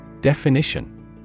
Definition